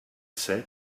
said